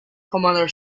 commander